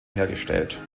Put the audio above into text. hergestellt